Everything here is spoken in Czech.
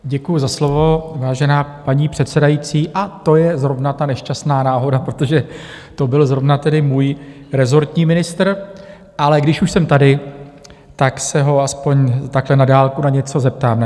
Děkuju za slovo, vážená paní předsedající, a to je zrovna ta nešťastná náhoda, protože to byl zrovna tedy můj rezortní ministr, ale když už jsem tady, tak se ho aspoň takhle na dálku na něco zeptám.